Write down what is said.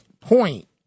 point